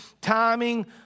timing